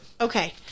Okay